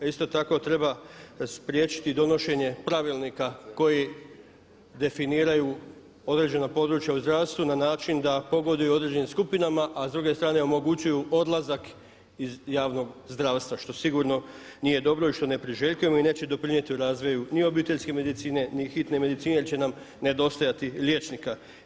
Isto tako treba spriječiti donošenje pravilnika koji definiraju određena područja u zdravstvu na način da pogoduju određenim skupinama, a s druge strane omogućuju odlazak iz javnog zdravstva što sigurno nije dobro i što ne priželjkujemo i neće doprinijeti razvoju ni obiteljske medicine, ni hitne medicine jer će nam nedostajati liječnika.